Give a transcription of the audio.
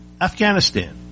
Afghanistan